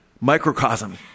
microcosm